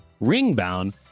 Ring-bound